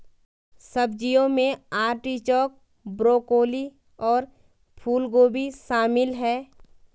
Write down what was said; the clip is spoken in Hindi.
सब्जियों में आर्टिचोक, ब्रोकोली और फूलगोभी शामिल है